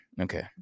Okay